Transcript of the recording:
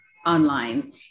online